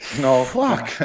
No